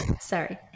Sorry